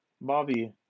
Bobby